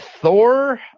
Thor